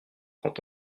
quand